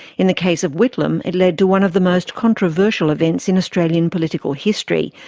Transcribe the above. in the case of whitlam, it led to one of the most controversial events in australian political history,